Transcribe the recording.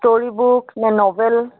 story book নে novel